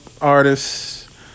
artists